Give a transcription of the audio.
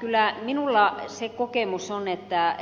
kyllä minulla se kokemus on että